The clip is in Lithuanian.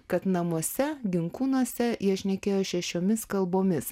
kad namuose ginkūnuose jie šnekėjo šešiomis kalbomis